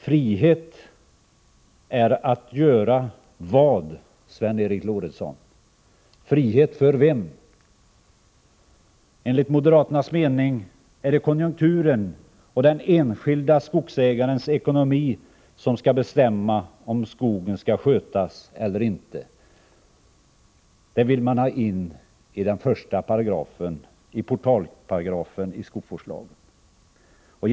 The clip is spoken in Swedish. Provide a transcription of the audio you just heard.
Frihet är att göra vad, Sven Eric Lorentzon? Frihet för vem? Enligt moderaternas mening är det konjunkturen och den enskilde skogsägarens ekonomi som skall bestämma om skogen skall skötas eller inte. Det vill man ha in i portalparagrafen i skogsvårdslagen.